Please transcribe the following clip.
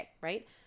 right